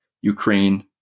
Ukraine